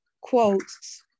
quotes